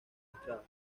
estrada